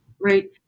right